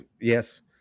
yes